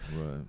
Right